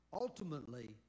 ultimately